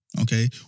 Okay